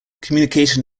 communication